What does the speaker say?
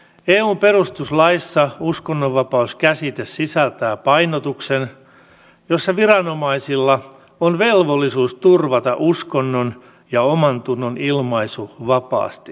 eun perustuslaissa uskonnonvapaus käsite sisältää painotuksen jossa viranomaisilla on velvollisuus turvata uskonnon ja omantunnon ilmaisu vapaasti